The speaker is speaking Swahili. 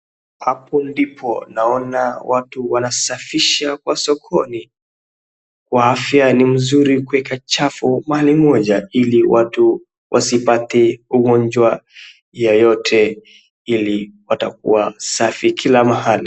Hapo ndipo naona watu wanasafisha kwa sokoni, kwa afya ni mzuri kuweka chafu mahali moja, ili watu wasipate ugonjwa yoyote ili watakuwa safi kila mahali.